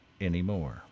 anymore